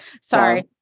Sorry